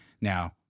now